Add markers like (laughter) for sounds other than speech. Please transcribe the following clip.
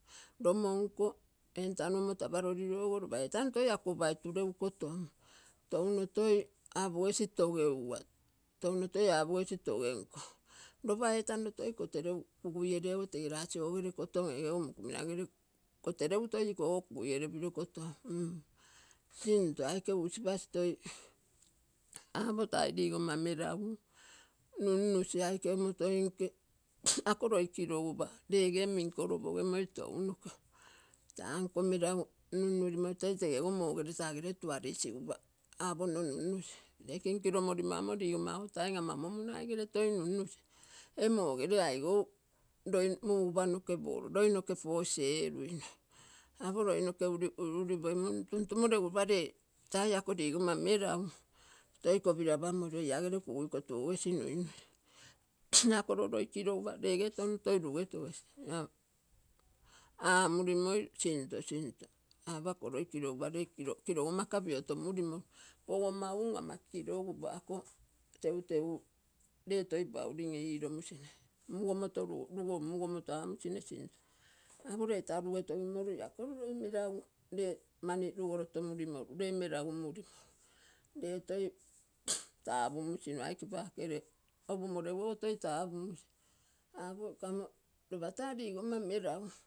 Lomonko enton omoro apalolilo lopa etano toi kagu opai turegu kotom. Touno toi apagesi togeugua. Touno ta apoc togenko. Lopa etano toi kogeregu kugui ere ogo tege lasi ogere kotan ege ogo moguminagere kotom iko oge kuguiere kotom mm sinto aike usipac toi tai ligonma meragu nunusi aike omoto nke (noise) ako loi kilogupa rege min koro opoge moi tounoge tanko meregu ununlimo toi tege ogo mogere taa gere tuaree isigupa apo nno nunusi ree kinkilomolim amo ligonma time ama momuu nai gere toi nunusi ee mogeree aigou. Loi mugupaa pogolo, loi noge boss eruino apo loi noge uriuripoi tantumolo. Egu lopa ree tai ako ligonma meragu toi kopilo apamolilo ia gere kugui kotugogesi nunusi (noise) ia koro loi kilogupa rege tonton toi rugetogec. Amulima sinto, sinto apo ako loi kilogupa ree kogomaga piotomulimoi akonma umm ama kilogupa ako tentengu ree toi paurim ilomusine mugomoro amusine sinto apo tee taa rugetokimoru ia koro loi meragu ree mani rugolotoo murimoru ree meragurimoru ree toi (noise) tapuu musinu (unintelligible) apo ako lopa taa ligoma meragu.